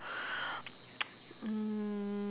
mm